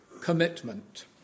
commitment